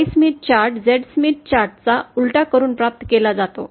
Yस्मिथ chart Z Smith चार chart चा उलटा करून प्राप्त केला जातो